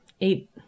eight